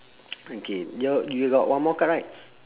okay your you got one more card right